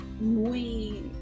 muy